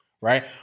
right